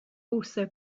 also